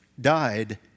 died